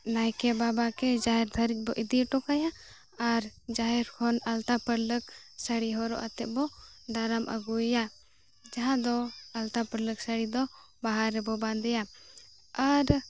ᱱᱟᱭᱠᱮ ᱵᱟᱵᱟᱠᱮ ᱡᱟᱦᱮᱨ ᱫᱷᱟᱹᱨᱤᱡᱵᱚ ᱤᱫᱤ ᱦᱚᱴᱚᱠᱟᱭᱟ ᱟᱨ ᱡᱟᱦᱮᱨ ᱠᱷᱚᱱ ᱟᱞᱛᱟ ᱯᱟᱹᱲᱞᱟᱹᱠ ᱥᱟᱹᱲᱤ ᱦᱚᱨᱚᱜ ᱟᱛᱮᱫᱵᱚ ᱫᱟᱨᱟᱢ ᱟᱹᱜᱩᱭᱮᱭᱟ ᱡᱟᱦᱟᱸᱫᱚ ᱟᱞᱛᱟ ᱯᱟᱹᱲᱞᱟᱹᱠ ᱥᱟᱹᱲᱤᱫᱚ ᱵᱟᱦᱟᱨᱮᱵᱚ ᱵᱟᱸᱫᱮᱭᱟ ᱟᱨ